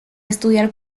estudiar